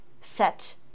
set